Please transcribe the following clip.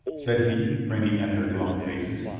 said he, grinning at their glum faces.